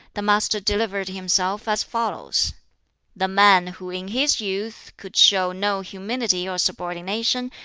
the master delivered himself as follows the man who in his youth could show no humility or subordination,